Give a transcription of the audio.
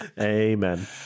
Amen